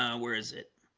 um where is it?